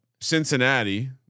Cincinnati